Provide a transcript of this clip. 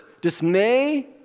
dismay